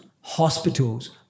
hospitals